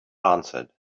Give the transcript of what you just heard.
answered